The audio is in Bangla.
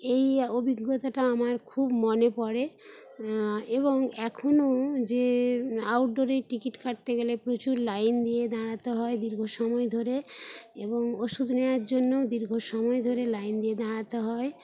এই অভিজ্ঞতাটা আমার খুব মনে পড়ে এবং এখনও যে আউটডোরে টিকিট কাটতে গেলে প্রচুর লাইন দিয়ে দাঁড়াতে হয় দীর্ঘ সময় ধরে এবং ওষুধ নেওয়ার জন্যও দীর্ঘ সময় ধরে লাইন দিয়ে দাঁড়াতে হয়